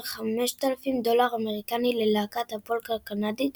5,000 דולר אמריקני ללהקת הפולק הקנדית